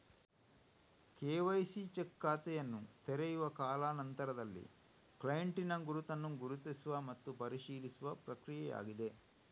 KYC check ಖಾತೆಯನ್ನು ತೆರೆಯುವ ಕಾಲಾ ನಂತರದಲ್ಲಿ ಕ್ಲೈಂಟಿನ ಗುರುತನ್ನು ಗುರುತಿಸುವ ಮತ್ತು ಪರಿಶೀಲಿಸುವ ಪ್ರಕ್ರಿಯೆಯಾಗಿದೆ